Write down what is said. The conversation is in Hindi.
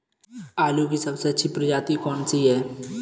आलू की सबसे अच्छी प्रजाति कौन सी है?